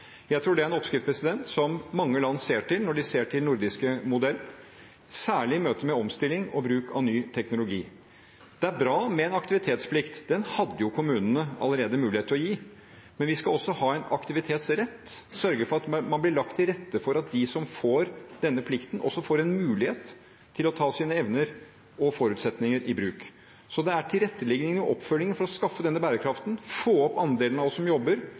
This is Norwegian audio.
Jeg tror det er en oppskrift som mange land ser til når de ser til den nordiske modellen, særlig i møte med omstilling og bruk av ny teknologi. Det er bra med en aktivitetsplikt. Den hadde kommunene allerede mulighet til å gi. Men vi skal også ha en aktivitetsrett – vi skal sørge for at det blir lagt til rette for at de som får denne plikten, også får en mulighet til å ta sine evner og forutsetninger i bruk. Det er tilretteleggingen og oppfølgingen for å skaffe denne bærekraften, få opp andelen av oss som jobber,